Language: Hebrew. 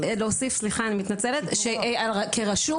שכרשות,